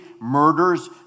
murders